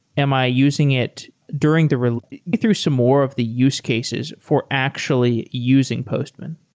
am i using it during the through some more of the use cases for actually using postman